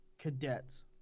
cadets